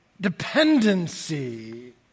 dependency